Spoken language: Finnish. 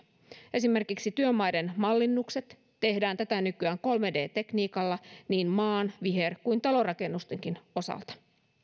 esimerkiksi työmaiden mallinnukset tehdään tätä nykyä kolme d tekniikalla niin maan viher kuin talonrakennuksenkin osalta